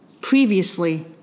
previously